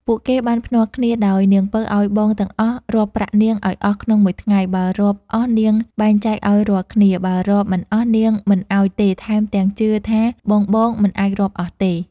ពួកគេបានភ្នាល់គ្នាដោយនាងពៅឲ្យបងទាំងអស់រាប់ប្រាក់នាងឲ្យអស់ក្នុងមួយថ្ងៃបើរាប់អស់នាងបែងចែកឲ្យរាល់គ្នា បើរាប់មិនអស់នាងមិនឲ្យទេថែមទាំងជឿថាបងៗមិនអាចរាប់អស់ទេ។